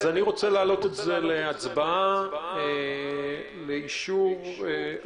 אז אני רוצה להעלות את זה להצבעה אישור להארכה